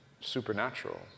Supernatural